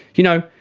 you know,